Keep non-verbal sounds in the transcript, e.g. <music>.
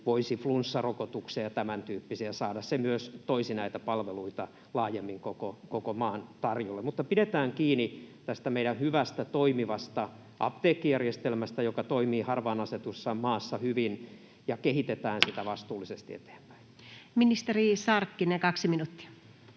voisi flunssarokotuksia ja tämäntyyppisiä saada. Se myös toisi näitä palveluita laajemmin koko maan tarjolle. Pidetään kiinni tästä meidän hyvästä, toimivasta apteekkijärjestelmästä, joka toimii harvaan asutussa maassa hyvin, <noise> ja kehitetään sitä vastuullisesti eteenpäin. Ministeri Sarkkinen, 2 minuuttia.